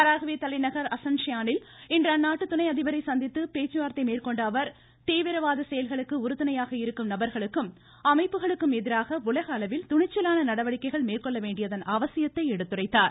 Paraguay தலைநகர் அசன்ஷ்யானில் இன்று அந்நாட்டு துணை அதிபரை சந்தித்து பேச்சுவார்த்தை மேற்கொண்ட அவர் தீவிரவாத செயல்களுக்கு உறுதுணையாக இருக்கும் நபர்களுக்கும் அமைப்புகளுக்கும் எதிராக உலக அளவில் துணிச்சலான நடவடிக்கைகள் மேற்கொள்ள வேண்டியதன் அவசியத்தை எடுத்துரைத்தார்